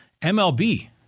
MLB